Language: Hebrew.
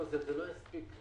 לא, זה לא יספיק.